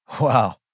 Wow